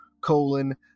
colon